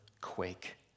quake